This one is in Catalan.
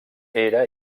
era